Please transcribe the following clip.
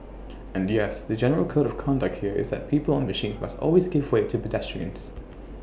and yes the general code of conduct here is that people on machines must always give way to pedestrians